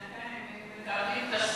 בינתיים הם מקבלים תשלום,